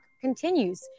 continues